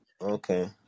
Okay